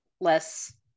less